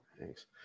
thanks